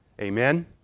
Amen